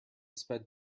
sped